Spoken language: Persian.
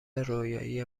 رویایی